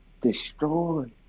Destroy